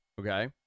Okay